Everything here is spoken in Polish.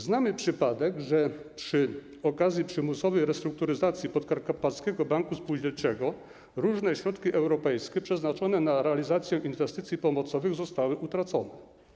Znamy przypadek, że przy okazji przymusowej restrukturyzacji Podkarpackiego Banku Spółdzielczego różne środki europejskie przeznaczone na realizację inwestycji pomocowych zostały utracone.